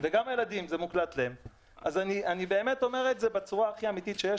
אני אומר בצורה הכי אמתית שיש,